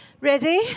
Ready